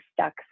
stuck